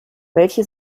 welche